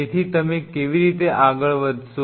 તેથી તમે કેવી રીતે આગળ વધશો